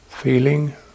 Feeling